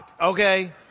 okay